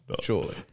surely